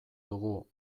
dugu